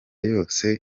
yose